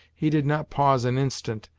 he did not pause an instant,